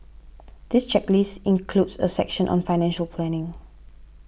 this checklist includes a section on financial planning